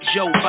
Joe